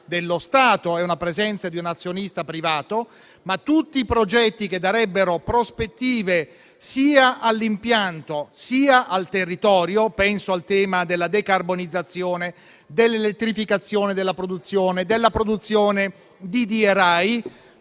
dello Stato e la presenza di un azionista privato, ma tutti i progetti che darebbero prospettive sia all'impianto sia al territorio (penso al tema della decarbonizzazione, dell'elettrificazione della produzione, della produzione di